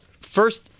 first